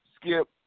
Skip